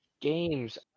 games